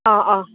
অঁ অঁ